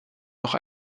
noch